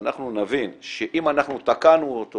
שאנחנו נבין שאם אנחנו תקענו אותו